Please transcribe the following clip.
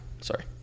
Sorry